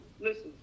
Listen